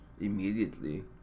immediately